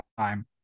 time